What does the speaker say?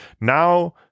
Now